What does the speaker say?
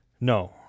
No